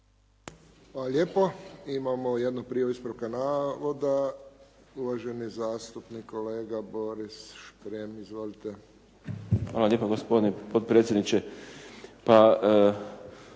Hvala lijepo. Imamo jednu prijavu ispravka navoda. Uvaženi zastupnik kolega Boris Šprem. Izvolite. **Šprem, Boris (SDP)** Hvala lijepa gospodine potpredsjedniče.